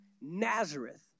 Nazareth